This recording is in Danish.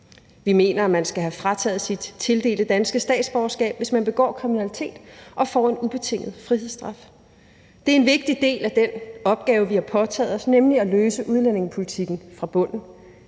Vi mener, at man skal have frataget sit tildelte danske statsborgerskab, hvis man begår kriminalitet og får en ubetinget frihedsstraf. Det er en vigtig del af den opgave, vi har påtaget os, nemlig at løse udlændingepolitikken fra bunden.